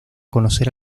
conocer